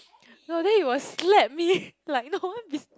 no then he will slap me like no one be